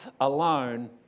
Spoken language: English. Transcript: alone